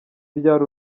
ryari